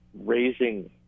Raising